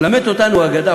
מלמדת אותנו ההגדה,